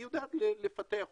היא יודעת לפתח אותו.